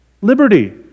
Liberty